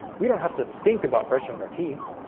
we don't have to think about brushing our teeth